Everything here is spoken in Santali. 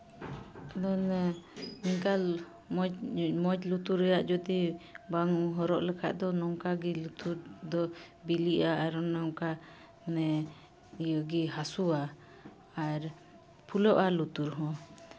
ᱟᱫᱚ ᱚᱱᱮ ᱤᱱᱠᱟ ᱢᱚᱡᱽ ᱢᱚᱡᱽ ᱞᱩᱛᱩᱨ ᱨᱮᱭᱟᱜ ᱡᱩᱫᱤ ᱵᱟᱝ ᱦᱚᱨᱚᱜ ᱞᱮᱠᱷᱟᱡ ᱫᱚ ᱱᱚᱝᱠᱟᱜᱮ ᱞᱩᱛᱩᱨ ᱫᱚ ᱵᱤᱞᱤᱜᱼᱟ ᱟᱨ ᱱᱚᱝᱠᱟ ᱢᱟᱱᱮ ᱤᱭᱟᱹᱜᱮ ᱦᱟᱹᱥᱩᱣᱟ ᱟᱨ ᱯᱷᱩᱞᱟᱹᱜᱼᱟ ᱞᱩᱛᱩᱨ ᱦᱚᱸ